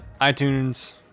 iTunes